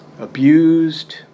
abused